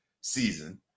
season